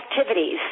activities